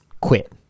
quit